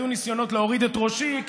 היו ניסיונות להוריד את ראשי.